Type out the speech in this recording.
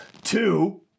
Two